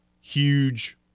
huge